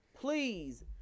please